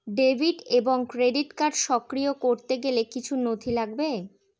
Debit এবং credit card সক্রিয় করতে গেলে কিছু নথি লাগবে?